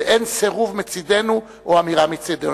ואין סירוב מצדנו או אמירה מצדנו.